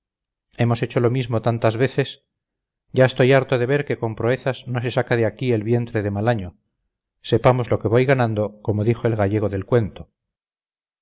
hemos hecho lo mismo tantas veces ya estoy harto de ver que con proezas no se saca aquí el vientre de mal año sepamos lo que voy ganando como dijo el gallego del cuento